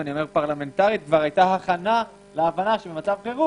אני אומר שפרלמנטרית כבר הייתה הכנה להבנה שבמצב חירום